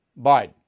Biden